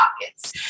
pockets